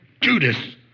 Judas